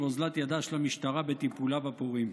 ואוזלת ידה של המשטרה בטיפולה בפורעים.